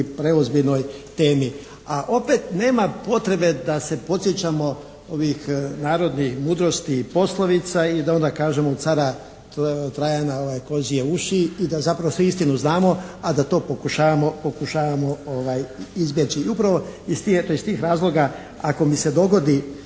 preozbiljnoj temi, a opet nema potrebe da se podsjećamo ovih narodnih mudrosti i poslovica i da onda kažemo od sada …/Govornik se ne razumije./… kozje uši i da zapravo svi istinu znamo, a da to pokušavamo izbjeći. I upravo iz tih, eto iz tih razloga ako mi se dogodi